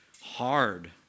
hard